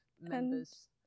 members